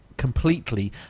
completely